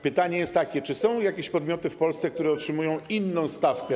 Pytanie jest takie: Czy są jakieś podmioty w Polsce, które otrzymują inną stawkę.